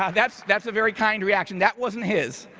ah that's that's a very kind reaction, that wasn't his.